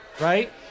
Right